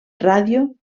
ràdio